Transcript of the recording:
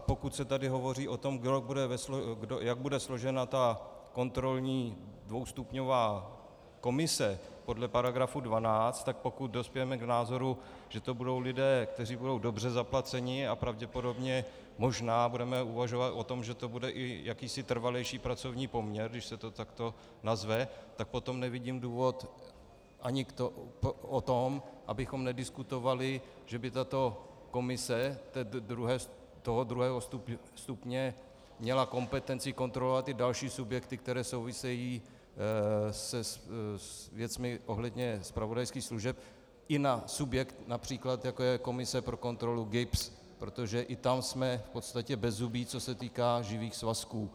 Pokud se tady hovoří o tom, jak bude složena ta kontrolní dvoustupňová komise podle § 12, tak pokud dospějeme k názoru, že to budou lidé, kteří budou dobře zaplaceni, a pravděpodobně možná budeme uvažovat i o tom, že to bude jakýsi trvalejší pracovní poměr, když se to takto nazve, tak potom nevidím důvod ani k tomu, abychom nediskutovali, že by tato komise druhého stupně měla kompetenci kontrolovat i další subjekty, které souvisejí s věcmi ohledně zpravodajských služeb, i na subjekt například, jako je komise pro kontrolu GIBS, protože i tam jsme v podstatě bezzubí, co se týká živých svazků.